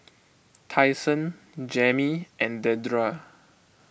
Tyson Jammie and Dedra